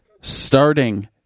starting